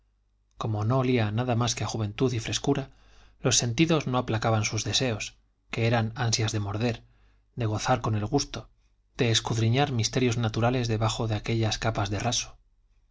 como no olía a nada más que a juventud y frescura los sentidos no aplacaban sus deseos que eran ansias de morder de gozar con el gusto de escudriñar misterios naturales debajo de aquellas capas de raso